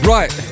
Right